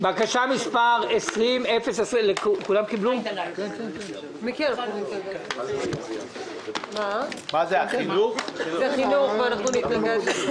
בקשה מס' 20-029. זה חינוך ואנחנו נתנגד.